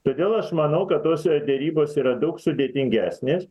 todėl aš manau kad tos derybos yra daug sudėtingesnės